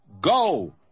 Go